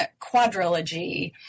quadrilogy